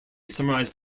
summarized